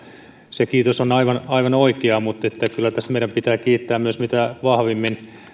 se kiitos on aivan aivan oikea mutta kyllä tässä meidän pitää kiittää myös mitä vahvimmin